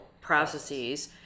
processes